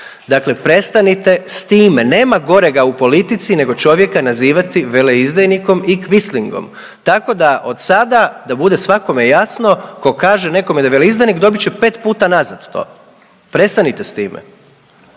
Dakle, prestanite s time. Nema gorega u politici nego čovjeka nazivati veleizdajnikom i Kvislingom. Tako da od sada da bude svakome jasno tko kaže nekome da je veleizdajnik dobit će pet puta nazad to. Prestanite s time!